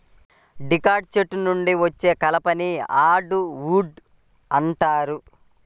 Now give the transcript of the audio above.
dicot చెట్ల నుండి వచ్చే కలపని హార్డ్ వుడ్ అంటారు